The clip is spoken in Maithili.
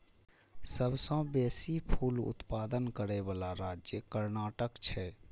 सबसं बेसी फूल उत्पादन करै बला राज्य कर्नाटक छै